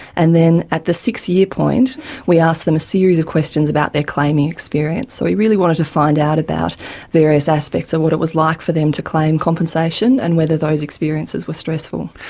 and then at the six-year point we asked them a series of questions about their claiming experience. so we really wanted to find out about various aspects of what it was like for them to claim compensation and whether those experiences were stressful.